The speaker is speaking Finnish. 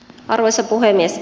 arvoisa puhemies